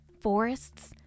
forests